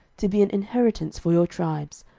to be an inheritance for your tribes,